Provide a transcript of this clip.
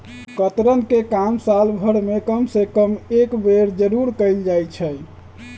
कतरन के काम साल भर में कम से कम एक बेर जरूर कयल जाई छै